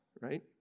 right